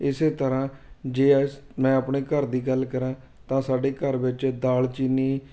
ਇਸੇ ਤਰ੍ਹਾਂ ਜੇ ਐਸ ਮੈਂ ਆਪਣੇ ਘਰ ਦੀ ਗੱਲ ਕਰਾਂ ਤਾਂ ਸਾਡੇ ਘਰ ਵਿੱਚ ਦਾਲਚੀਨੀ